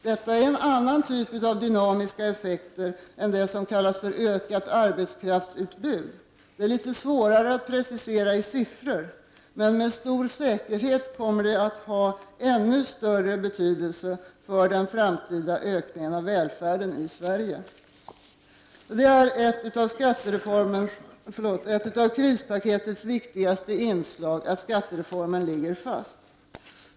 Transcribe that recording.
Detta är en annan typ av dynamiska effekter än det som kallas för ökat arbetskraftsutbud. Denna effekt är litet svårare att precisera i siffror, men med stor säkerhet kommer detta att ha ännu större betydelse för den framtida ökningen av välfärden i Sverige. Ett av krispaketets viktigaste inslag är att skattereformen ligger fast.